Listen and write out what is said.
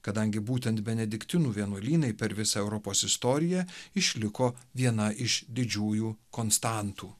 kadangi būtent benediktinų vienuolynai per visą europos istoriją išliko viena iš didžiųjų konstantų